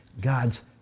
God's